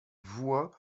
voit